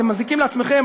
אתם מזיקים לעצמכם.